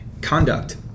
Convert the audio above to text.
conduct